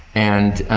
and